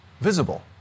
visible